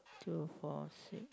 two four six